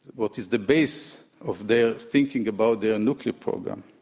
what is the base of their thinking about their nuclear program.